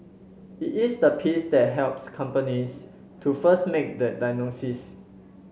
it is the piece that helps companies to first make that diagnosis